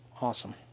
Awesome